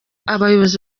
abayobozi